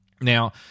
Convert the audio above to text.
Now